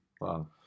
Wow